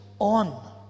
on